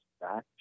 back